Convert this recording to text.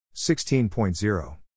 16.0